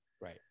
right